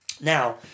Now